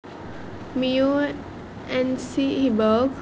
मो एनसी हिबक